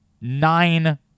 nine